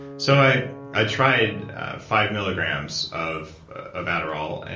so i i tried five milligrams of of adderall,